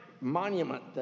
monument